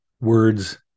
words